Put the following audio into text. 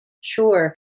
Sure